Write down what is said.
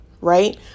right